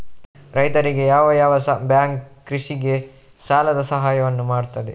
ರೈತರಿಗೆ ಯಾವ ಯಾವ ಬ್ಯಾಂಕ್ ಕೃಷಿಗೆ ಸಾಲದ ಸಹಾಯವನ್ನು ಮಾಡ್ತದೆ?